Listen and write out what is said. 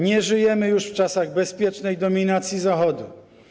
Nie żyjemy już w czasach bezpiecznej dominacji Zachodu.